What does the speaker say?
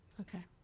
Okay